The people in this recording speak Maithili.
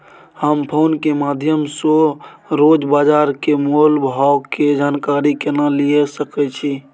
हम फोन के माध्यम सो रोज बाजार के मोल भाव के जानकारी केना लिए सके छी?